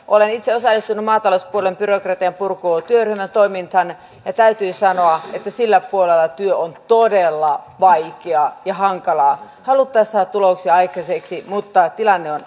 olen itse osallistunut maatalouspuolen byrokratian purkuun työryhmän toimintaan ja täytyy sanoa että sillä puolella työ on todella vaikeaa ja hankalaa haluttaisiin saada tuloksia aikaiseksi mutta tilanne on